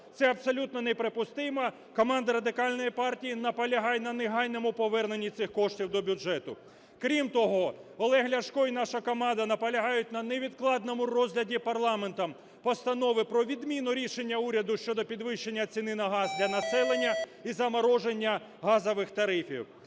Це абсолютно неприпустимо. Команда Радикальної партії наполягає на негайному поверненні цих коштів до бюджету. Крім того, Олег Ляшко і наша команда наполягають на невідкладному розгляді парламентом Постанови про відміну рішення уряду щодо підвищення ціни на газ для населення і замороження газових тарифів.